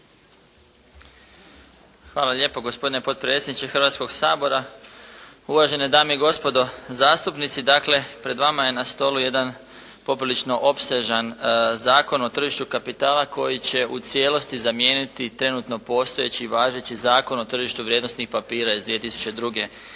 Hvala lijepo gospodine potpredsjedniče Hrvatskog sabora, uvažene dame i gospodo zastupnici. Dakle, pred vama je na stolu jedan poprilično opsežan Zakon o tržištu kapitala koji će u cijelosti zamijeniti trenutno postojeći i važeći Zakon o tržištu vrijednosnih papira iz 2002. i